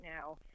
now